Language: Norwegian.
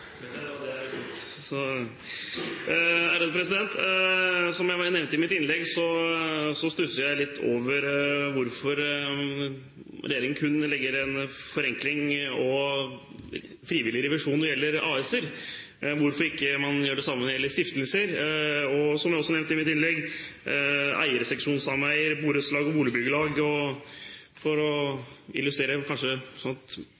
Det var det jeg fryktet! Som jeg nevnte i mitt innlegg, stusser jeg litt over hvorfor regjeringen kun legger opp til en forenkling og frivillig revisjon når det gjelder AS-er. Hvorfor gjør man ikke det samme når det gjelder stiftelser, som jeg også nevnte i mitt innlegg, eierseksjonssameier, borettslag og boligbyggelag? For